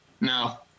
No